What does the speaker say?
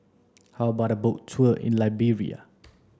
how about a boat tour in Liberia